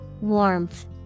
Warmth